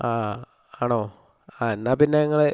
അ ആണോ അ എന്നാൽ പിന്നെ നിങ്ങൾ